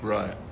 Right